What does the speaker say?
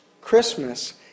Christmas